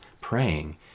praying